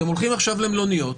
אתם הולכים עכשיו למלוניות,